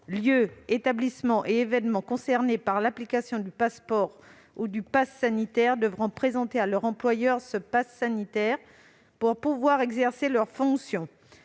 lieux, établissements et événements concernés par l'application du passeport ou du passe sanitaire devront présenter à leur employeur ledit document pour pouvoir exercer leurs fonctions.